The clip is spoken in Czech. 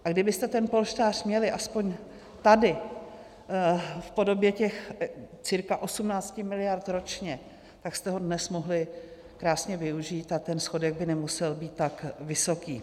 A kdybyste ten polštář měli aspoň tady v podobě těch cca 18 miliard ročně, tak jste ho dnes mohli krásně využít a ten schodek by nemusel být tak vysoký.